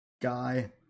guy